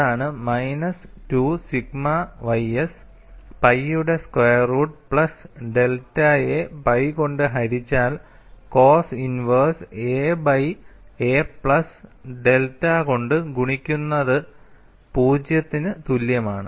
അതാണ്മൈനസ് 2 sigma ys പൈയുടെ square root plus ഡെൽറ്റയെ pi കൊണ്ട് ഹരിച്ചാൽ cos inverse a by a plus delta കൊണ്ട് ഗുണിക്കുന്നത് 0 ന് തുല്യമാണ്